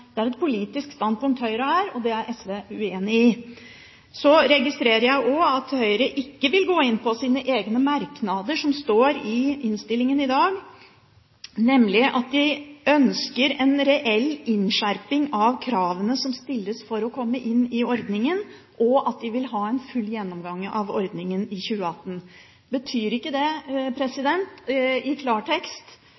Det er et politisk standpunkt Høyre har, og det er SV uenig i. Så registrerer jeg også at Høyre ikke vil gå inn på sine egne merknader som står i innstillingen i dag, nemlig at de ønsker «en reell innskjerping av kravene som stilles for å komme inn i ordningen», og at de vil ha en full gjennomgang av ordningen i 2018. Betyr ikke det